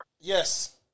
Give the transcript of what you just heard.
Yes